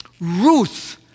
Ruth